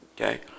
Okay